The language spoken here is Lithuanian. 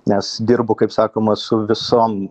nes dirbu kaip sakoma su visom